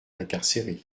incarcérée